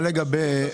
דוד,